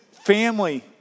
family